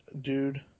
dude